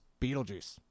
Beetlejuice